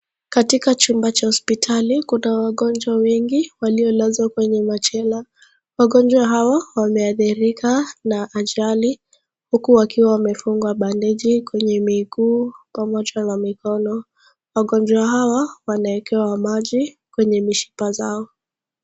Katika chumba cha hospitali kuna wagonjwa wengi waliolazwa kwenye machela wagonjwa hawa wameadhirika na ajali huku wakiwa wamefungwa bendeji kwenye miguu pamoja na mikono wagonjwa hawa wanekewa maji kwenye mishipa zao.